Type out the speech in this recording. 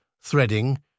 threading